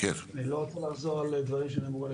אני לא רוצה לחזור על דברים שנאמרו על